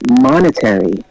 monetary